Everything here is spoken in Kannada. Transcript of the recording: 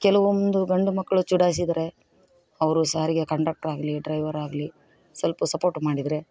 ಕೆಲವೊಂದು ಗಂಡು ಮಕ್ಕಳು ಚುಡಾಯಿಸಿದರೆ ಅವರು ಸಾರಿಗೆ ಕಂಡಕ್ಟರ್ ಆಗಲಿ ಡ್ರೈವರ್ ಆಗಲಿ ಸ್ವಲ್ಪ ಸಪೋರ್ಟ್ ಮಾಡಿದ್ರೆ